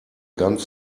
ganz